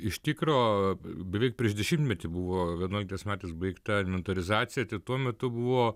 iš tikro beveik prieš dešimtmetį buvo vienuoliktais metais baigta inventorizacija tai tuo metu buvo